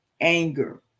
Anger